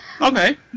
Okay